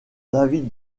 david